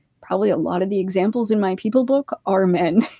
probably a lot of the examples in my people book are men.